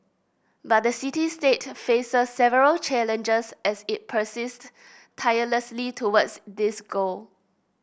but the city state faces several challenges as it persists tirelessly towards this goal